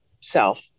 self